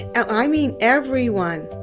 i mean, everyone.